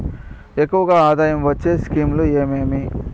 ఎక్కువగా ఆదాయం వచ్చే స్కీమ్ లు ఏమేమీ?